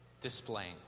displaying